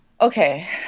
Okay